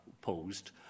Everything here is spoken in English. posed